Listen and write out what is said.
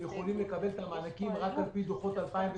יכולים לקבל את המענקים רק על פי דוחות 2019,